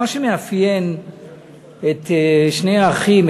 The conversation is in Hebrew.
מה שמאפיין את שני האחים,